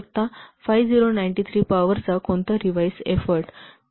93 पॉवरचा revise effort तो तुम्हाला रिव्हाईस डुरेशन देईल